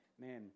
man